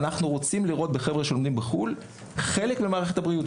אנחנו רוצים לראות בחבר'ה שלומדים בחו"ל חלק ממערכת הבריאות.